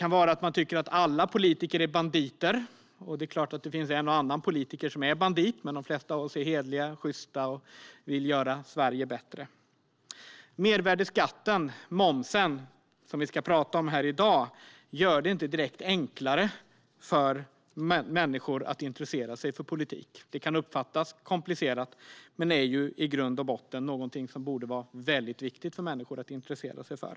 Man kan tycka att alla politiker är banditer, och visst finns det en och annan bandit också bland politikerna, men de flesta av oss är hederliga och sjysta och vill göra Sverige bättre. Mervärdesskatten, momsen, gör det inte direkt enklare för människor att intressera sig för politik. Den kan uppfattas som komplicerad, men är i grund och botten någonting som borde vara väldigt viktigt för människor att intressera sig för.